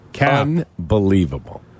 Unbelievable